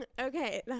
Okay